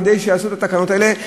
כדי שיעשו את התקנות האלה.